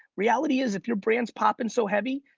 reality is if your brand's poppin so heavy,